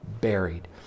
buried